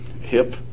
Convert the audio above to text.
hip